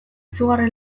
izugarri